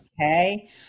Okay